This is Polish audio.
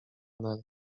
nel